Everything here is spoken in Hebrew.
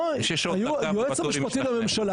שבו היועץ המשפטי לממשלה,